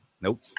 Nope